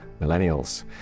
millennials